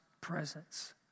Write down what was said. presence